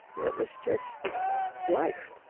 it was just life.